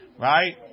Right